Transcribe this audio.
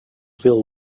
fiddle